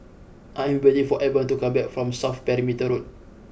I am waiting for Avon to come back from South Perimeter Road